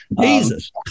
Jesus